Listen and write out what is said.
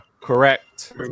Correct